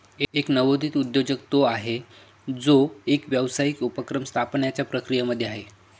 एक नवोदित उद्योजक तो आहे, जो एक व्यावसायिक उपक्रम स्थापण्याच्या प्रक्रियेमध्ये आहे